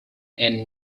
and